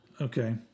Okay